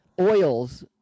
oils